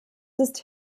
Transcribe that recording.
ist